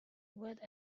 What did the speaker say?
what